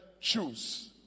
choose